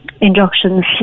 inductions